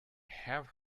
have